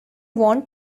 want